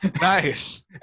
Nice